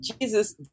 Jesus